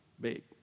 big